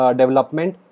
development